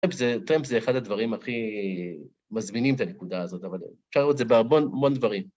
טרמפ זה אחד הדברים הכי מזמינים את הנקודה הזאת, אבל אפשר לראות את זה בהרבה מאוד דברים.